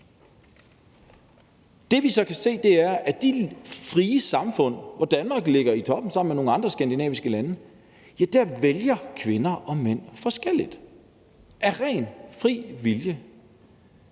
Det, vi så kan se, er, at i de frie samfund, hvor Danmark ligger i toppen sammen med nogle andre skandinaviske lande, vælger kvinder og mænd forskelligt af ren fri vilje.